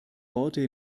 worte